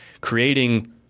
creating